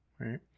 right